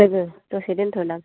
लोगो दसे दोनथ'नां